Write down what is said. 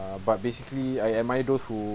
err but basically I admire those who